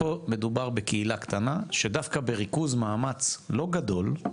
פה מדובר בקהילה קטנה שדווקא בריכוז מאמץ לא גדול,